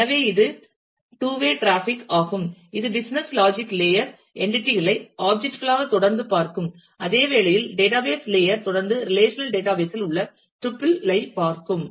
எனவே இது two way traffic ஆகும் இது business logic layer business logic layer entity களை ஆப்ஜெக்ட் களாக தொடர்ந்து பார்க்கும் அதே வேளையில் டேட்டாபேஸ் லேயர் தொடர்ந்து ரிலேஷனல் டேட்டாபேஸ் இல் உள்ள டுபில் ஐ பார்க்கும்